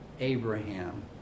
Abraham